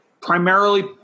primarily